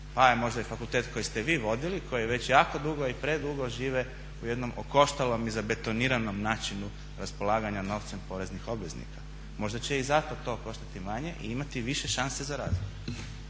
pa je možda i fakultet koji ste vi vodili, koji već jako dugo i predugo žive u jednom okoštalom i zabetoniranom načinu raspolaganja novcem poreznih obveznika. Možda će i zato to koštati manje i imati više šanse za razvoj.